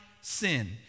sin